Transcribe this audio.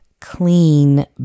clean